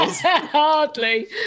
Hardly